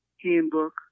Handbook